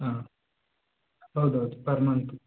ಹಾಂ ಹೌದು ಹೌದು ಪರ್ ಮಂತ್